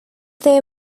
their